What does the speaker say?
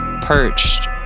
perched